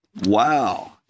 Wow